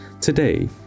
Today